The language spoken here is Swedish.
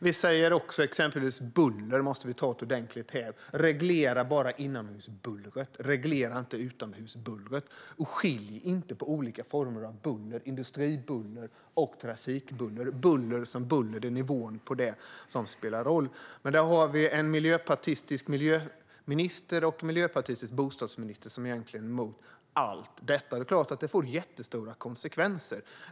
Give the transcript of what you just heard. Vi säger även att vi måste ta ett ordentligt grepp om exempelvis buller. Reglera bara inomhusbullret, inte utomhusbullret! Skilj inte heller på olika former av buller, som industribuller och trafikbuller. Buller som buller - det är nivån på det som spelar roll. Vi har dock en miljöpartistisk miljöminister och en miljöpartistisk bostadsminister som egentligen är emot allt detta, och det är klart att det får jättestora konsekvenser.